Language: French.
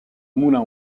moulin